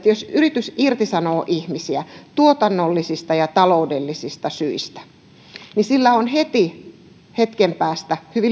jos yritys irtisanoo ihmisiä tuotannollisista ja taloudellisista syistä niin sillä olisi heti hetken päästä hyvin